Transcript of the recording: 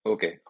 Okay